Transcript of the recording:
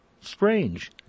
Strange